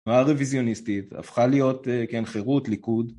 והרוויזיוניסטית הפכה להיות כן חירות ליכוד